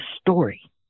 story